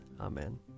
Amen